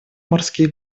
морские